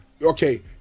Okay